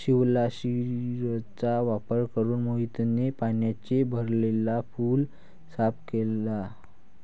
शिवलाशिरचा वापर करून मोहितने पाण्याने भरलेला पूल साफ केला